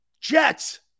Jets